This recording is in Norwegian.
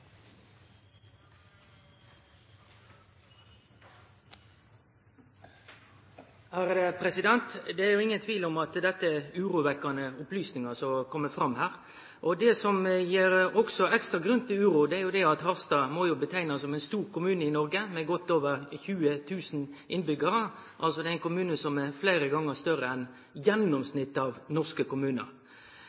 som gir ekstra grunn til uro, er jo det at Harstad må kunne seiast å vere ein stor kommune i Noreg, med godt over 20 000 innbyggjarar, det er altså ein kommune som er fleire gonger større enn gjennomsnittet av norske kommunar.